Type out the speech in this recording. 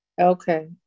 Okay